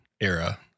era